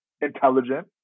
intelligent